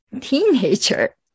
teenager